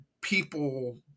people